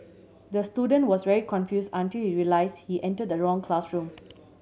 the student was very confused until he realised he entered the wrong classroom